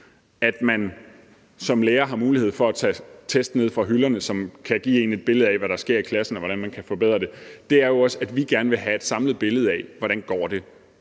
at man som lærer har mulighed for at tage test ned fra hylderne, som kan give en et billede af, hvad der sker i klassen, og hvordan man kan forbedre det, er jo også, at vi gerne vil have et samlet billede af, hvordan det